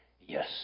yes